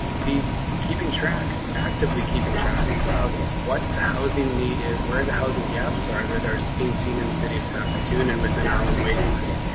be keeping track actively keeping track of what the housing need is, where the housing gaps are that are being seen in the city of saskatoon and within our own waiting list.